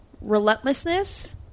relentlessness